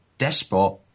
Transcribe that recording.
despot